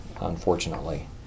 unfortunately